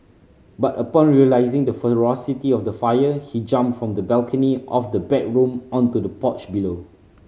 but upon realising the ferocity of the fire he jumped from the balcony of the bedroom onto the porch below